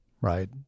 right